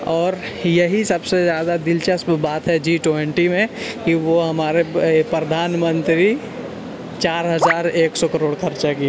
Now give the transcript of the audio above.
اور یہی سب سے زیادہ دلچسپ بات ہے جی ٹوینٹی میں کہ وہ ہمارے پردھان منتری چار ہزار ایک سو کروڑ خرچہ کیے